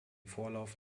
vorlauf